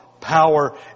power